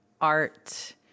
art